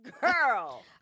Girl